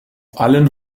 allen